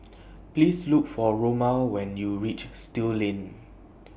Please Look For Roma when YOU REACH Still Lane